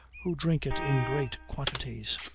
who drink it in great quantities.